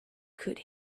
could